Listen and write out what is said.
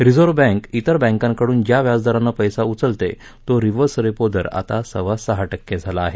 reserve bank त्तर बँकांकडून ज्या व्याजदरानं पैसा उचलते तो रिव्हर्स रेपो दर आता सव्वा सहा टक्के झाला आहे